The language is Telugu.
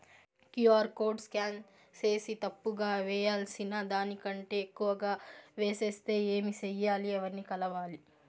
క్యు.ఆర్ కోడ్ స్కాన్ సేసి తప్పు గా వేయాల్సిన దానికంటే ఎక్కువగా వేసెస్తే ఏమి సెయ్యాలి? ఎవర్ని కలవాలి?